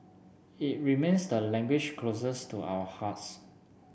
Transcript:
it remains the language closest to our hearts